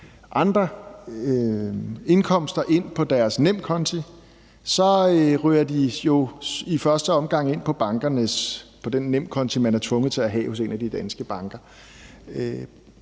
andre indkomster ind på deres konto, så ryger det jo i første omgang ind på den nemkonto, man er tvunget til at have hos en af de danske banker.